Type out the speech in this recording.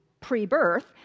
pre-birth